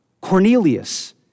Cornelius